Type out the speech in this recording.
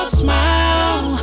smile